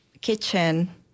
kitchen